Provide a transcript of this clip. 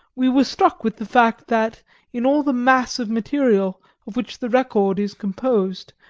we were struck with the fact, that in all the mass of material of which the record is composed,